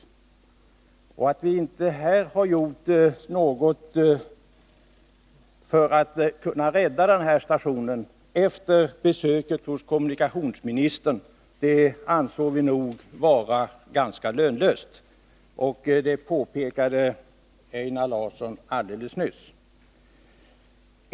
Anledningen till att vi här inte har gjort något för att rädda stationen, efter besöket hos kommunikationsministern, var att vi ansåg det vara ganska lönlöst. Det påpekade också Einar Larsson alldeles nyss.